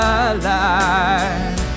alive